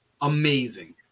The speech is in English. Amazing